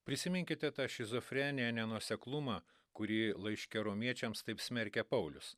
prisiminkite tą šizofrenija nenuoseklumą kurį laiške romiečiams taip smerkė paulius